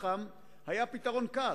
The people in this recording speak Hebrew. שח"מ, שירות חובה במשטרה, היה פתרון קל.